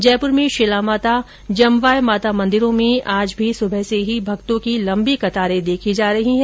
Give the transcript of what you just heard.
जयपुर में शिला माता जमवाय माता मंदिरो में आज भी सुबह से ही भक्तों की लंबी कतारे देखी जा रही है